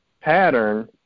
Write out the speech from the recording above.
pattern